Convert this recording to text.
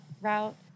route